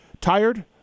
tired